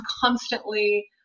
constantly